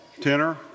tenor